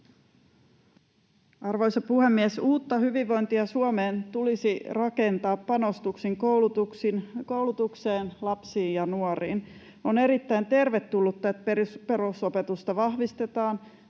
Arvoisa puhemies! Uutta hyvinvointia Suomeen tulisi rakentaa panostuksin koulutukseen, lapsiin ja nuoriin. On erittäin tervetullutta, että perusopetusta vahvistetaan,